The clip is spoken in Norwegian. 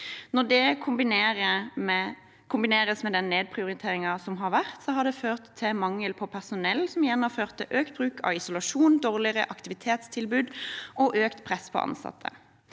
Når det kombineres med den nedprioriteringen som har vært, har det ført til mangel på personell, som igjen har ført til økt bruk av isolasjon, dårligere aktivitetstilbud og økt press på ansatte.